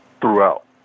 throughout